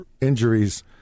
injuries